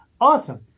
awesome